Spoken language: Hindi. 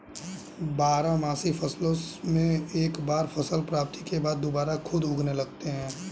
बारहमासी फसलों से एक बार फसल प्राप्ति के बाद दुबारा खुद उगने लगते हैं